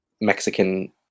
mexican